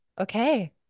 okay